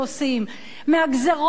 מהגזירות החדשות,